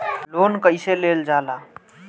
Loan कईसे लेल जाला?